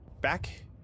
back